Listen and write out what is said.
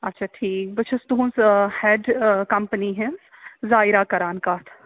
اَچھا ٹھیٖک بہٕ چھس تُہٕنٛز ہٮ۪ڈ کَمپٔنی ہٕنٛز ظایرا کَران کَتھ